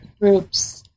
groups